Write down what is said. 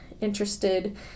interested